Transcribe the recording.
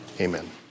Amen